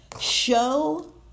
Show